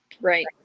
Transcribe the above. Right